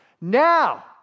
now